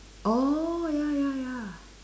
oh ya ya ya